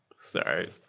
Sorry